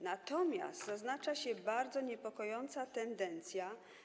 Natomiast zaznacza się bardzo niepokojąca tendencja.